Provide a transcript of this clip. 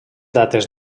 dates